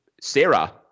sarah